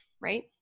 Right